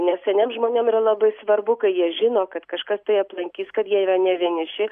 nes seniem žmonėm yra labai svarbu kai jie žino kad kažkas tai aplankys kad jie yra ne vieniši